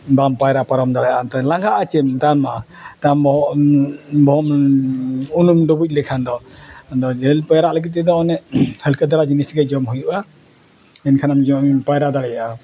ᱵᱟᱢ ᱯᱟᱭᱨᱟ ᱯᱟᱨᱚᱢ ᱫᱟᱲᱮᱭᱟᱜᱼᱟ ᱮᱱᱛᱮᱫ ᱞᱟᱸᱜᱟᱜᱼᱟ ᱥᱮᱢ ᱛᱟᱭᱚᱢ ᱢᱟ ᱛᱟᱢ ᱵᱚᱦᱚᱜ ᱵᱚᱦᱚᱜ ᱩᱱᱩᱢ ᱰᱩᱵᱩᱡ ᱞᱮᱠᱷᱟᱱ ᱫᱚ ᱟᱫᱚ ᱡᱷᱟᱹᱞ ᱯᱟᱭᱨᱟᱜ ᱞᱟᱹᱜᱤᱫ ᱛᱮᱫᱚ ᱚᱱᱮ ᱦᱟᱹᱞᱠᱟᱹ ᱫᱷᱟᱨᱟ ᱡᱤᱱᱤᱥ ᱜᱮ ᱡᱚᱢ ᱦᱩᱭᱩᱜᱼᱟ ᱮᱱᱠᱷᱟᱱᱮᱢ ᱯᱟᱭᱨᱟ ᱫᱟᱲᱮᱭᱟᱜᱼᱟ